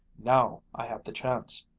now i have the chance.